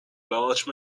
large